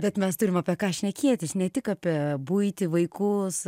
bet mes turim apie ką šnekėtis ne tik apie buitį vaikus